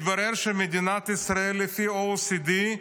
מתברר שמדינת ישראל, לפי ה-OECD,